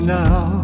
now